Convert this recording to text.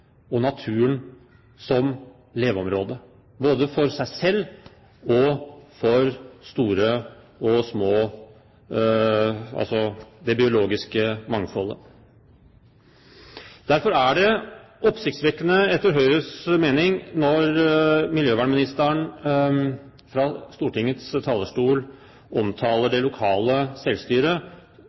og naturen som leveområde, både for seg selv og for store og små – altså det biologiske mangfoldet. Derfor er det etter Høyres mening oppsiktsvekkende når miljøvernministeren fra Stortingets talerstol omtaler det lokale